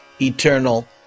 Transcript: eternal